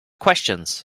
questions